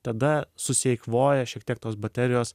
tada susieikvoja šiek tiek tos baterijos